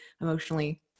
emotionally